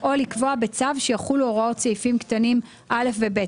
או לקבוע בצו שיחולו הוראות סעיפים קטנים (א) ו-(ב).